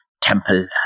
temple